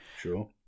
Sure